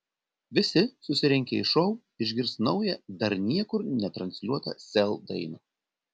visi susirinkę į šou išgirs naują dar niekur netransliuotą sel dainą